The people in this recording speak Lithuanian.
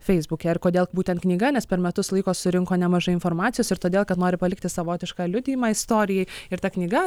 feisbuke ir kodėl būtent knyga nes per metus laiko surinko nemažai informacijos ir todėl kad nori palikti savotišką liudijimą istorijai ir ta knyga